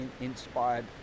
Inspired